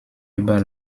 über